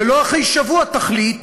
ולא אחרי שבוע תחליט,